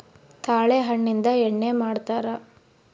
ತಾಳೆ ಹಣ್ಣಿಂದ ಎಣ್ಣೆ ಮಾಡ್ತರಾ